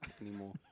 anymore